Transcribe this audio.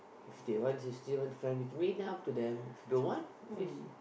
if they want they still want to friend with me then up to them don't want is